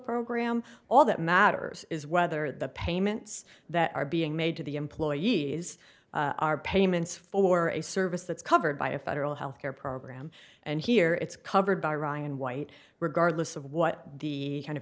program all that matters is whether the payments that are being made to the employees are payments for a service that's covered by a federal health care program and here it's covered by ryan white regardless of what the kind of